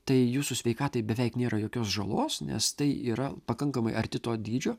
tai jūsų sveikatai beveik nėra jokios žalos nes tai yra pakankamai arti to dydžio